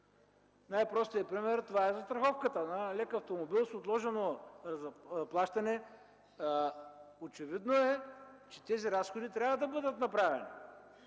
Най-простият пример е застраховката на лек автомобил с отложено плащане. Очевидно е, че тези разходи трябва да бъдат направени,